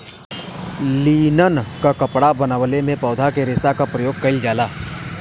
linen क कपड़ा बनवले में पौधा के रेशा क परयोग कइल जाला